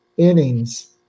innings